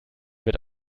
wird